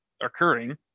occurring